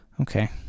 Okay